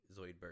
Zoidberg